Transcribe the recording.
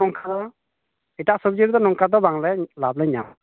ᱱᱚᱱᱠᱟ ᱮᱴᱟᱜ ᱥᱚᱵᱽᱡᱤ ᱨᱮᱫᱚ ᱱᱚᱝᱠᱟ ᱫᱚ ᱵᱟᱝᱞᱮ ᱞᱟᱵᱷᱞᱮ ᱧᱟᱢᱟ